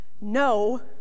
No